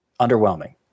underwhelming